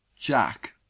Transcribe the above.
Jack